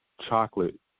chocolate